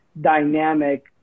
dynamic